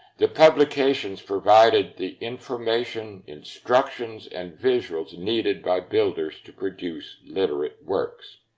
the publications provided the information, instructions, and visuals needed by builders to produce literate works.